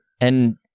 And-